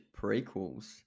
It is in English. prequels